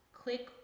click